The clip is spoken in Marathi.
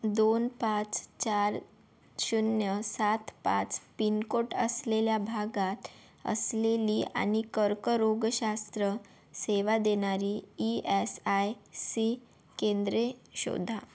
दोन पाच चार शून्य सात पाच पिनकोड असलेल्या भागात असलेली आणि कर्करोगशास्त्र सेवा देणारी ई एस आय सी केंद्रे शोधा